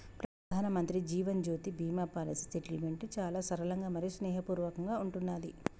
ప్రధానమంత్రి Jeevan Jyoti Bima policy settlement చాలా సరళంగా మరియు స్నేహపూర్వకంగా ఉంటున్నాది